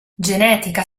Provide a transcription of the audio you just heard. genetica